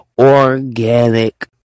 organic